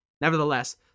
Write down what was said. Nevertheless